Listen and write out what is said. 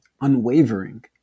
unwavering